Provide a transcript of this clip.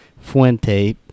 Fuente